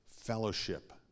fellowship